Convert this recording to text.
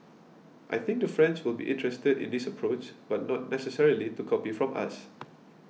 I think the French will be interested in this approach but not necessarily to copy from us